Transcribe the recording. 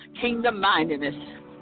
kingdom-mindedness